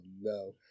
no